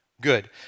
Good